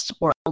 world